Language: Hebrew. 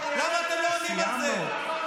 למה אתה לא עונה על זה?